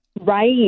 Right